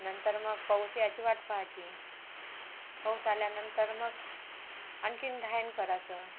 नंतर मग पाऊस यायची वाट पहायची पाऊस आल्यानंतर मग आणखीन राईन करायचं